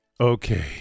Okay